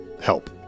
help